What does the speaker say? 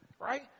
right